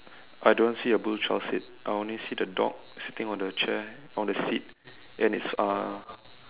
I don't see a blue child seat I only see the dog sitting on the chair on the seat and it's uh